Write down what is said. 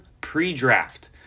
pre-draft